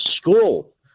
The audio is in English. school